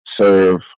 serve